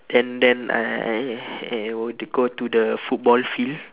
and then I I I would go to the football field